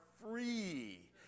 free